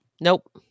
Nope